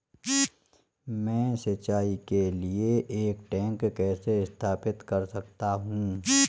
मैं सिंचाई के लिए एक टैंक कैसे स्थापित कर सकता हूँ?